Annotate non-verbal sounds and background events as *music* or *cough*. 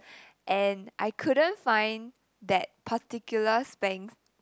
*breath* and I couldn't find that particular spank